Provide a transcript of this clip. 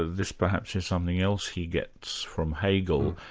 ah this perhaps is something else he gets from hegel,